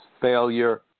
failure